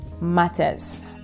matters